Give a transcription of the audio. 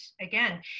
again